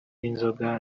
n’inzoga